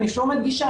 אני שוב מדגישה,